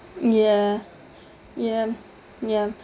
ya ya ya